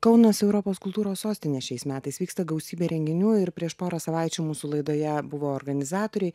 kaunas europos kultūros sostinė šiais metais vyksta gausybė renginių ir prieš porą savaičių mūsų laidoje buvo organizatoriai